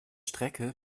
strecke